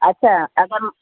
अच्छा अगरि